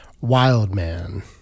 Wild-man